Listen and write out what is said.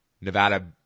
Nevada